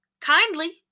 Kindly